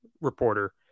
reporter